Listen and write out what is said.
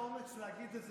אדוני היושב-ראש,